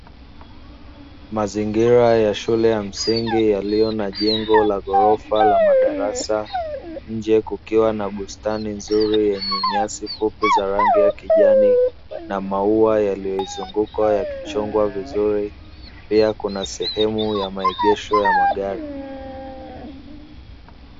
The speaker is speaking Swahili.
Mazingira ya shule ya msingi yaliyo na jengo la ghorofa la madarasa nje kukiwa na bustani nzuri yenye nyasi fupi za rangi ya kijani na maua yaliyoizunguka ya kichongwa vizuri. Pia kuna sehemu ya maegesho ya magari.